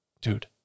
dude